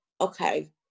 okay